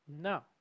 No